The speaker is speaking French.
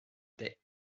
des